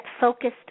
focused